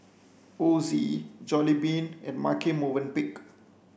Ozi Jollibean and Marche Movenpick